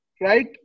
right